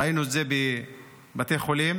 ראינו את זה בבתי חולים,